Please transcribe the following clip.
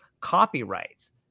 copyrights